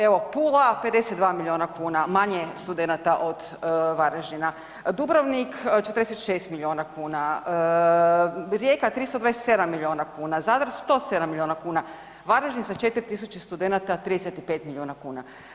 Evo Pula 52 miliona kuna manje je studenata od Varaždina, Dubrovnik 46 miliona kuna, Rijeka 327 miliona kuna, Zadar 107 miliona kuna, Varaždin sa 4.000 studenata 35 miliona kuna.